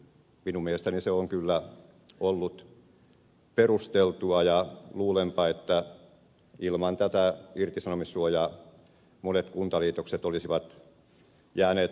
minun mielestäni se on kyllä ollut perusteltua ja luulenpa että ilman tätä irtisanomissuojaa monet kuntaliitokset olisivat jääneet toteutumatta